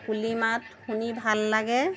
কুলি মাত শুনি ভাল লাগে